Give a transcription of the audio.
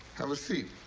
have a seat.